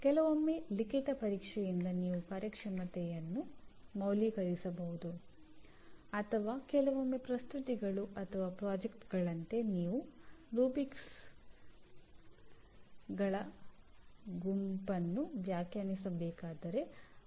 ಕೆಲವೊಮ್ಮೆ ಲಿಖಿತ ಪರೀಕ್ಷೆಯಿಂದ ನೀವು ಕಾರ್ಯಕ್ಷಮತೆಯನ್ನು ಮೌಲ್ಯೀಕರಿಸಬಹುದು ಅಥವಾ ಕೆಲವೊಮ್ಮೆ ಪ್ರಸ್ತುತಿಗಳು ಅಥವಾ ಪ್ರಾಜೆಕ್ಟ್ಗಳಂತೆ ನೀವು ರುಬ್ರಿಕ್ಸ್ಗಳ ಗುಂಪನ್ನು ವ್ಯಾಖ್ಯಾನಿಸಬೇಕಾದರೆ ಅದನ್ನು ನಿಸ್ಸಂದಿಗ್ಧವಾಗಿ ಅಳೆಯಬಹುದು